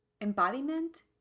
Embodiment